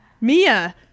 Mia